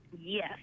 Yes